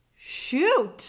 shoot